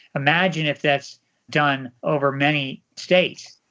imagine if that's done over many states.